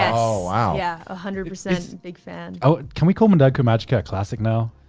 oh wow. yeah a hundred percent big fan. oh, can we call madoka magica a classic now?